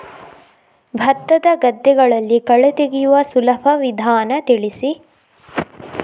ಭತ್ತದ ಗದ್ದೆಗಳಲ್ಲಿ ಕಳೆ ತೆಗೆಯುವ ಸುಲಭ ವಿಧಾನ ತಿಳಿಸಿ?